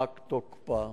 פג תוקפו.